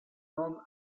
non